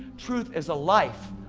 truth is a life,